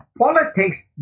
politics